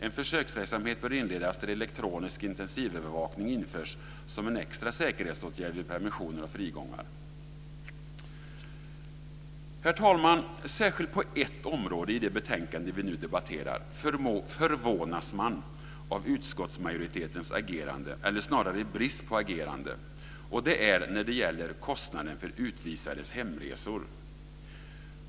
En försöksverksamhet bör inledas där elektronisk intensivövervakning införs som en extra säkerhetsåtgärd vid permissioner och frigångar. Herr talman! Särskilt på ett område i det betänkande som vi nu debatterar förvånas man av utskottsmajoritetens agerande eller snarare brist på agerande, och det är när det gäller kostnaden för utvisades hemresor.